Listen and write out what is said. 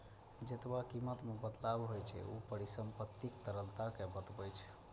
जेतबा कीमत मे बदलाव होइ छै, ऊ परिसंपत्तिक तरलता कें बतबै छै